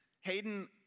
Hayden